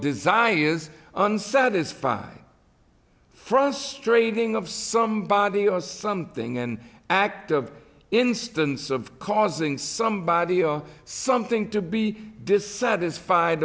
is unsatisfied frustrating of somebody or something and an act of instance of causing somebody or something to be dissatisfied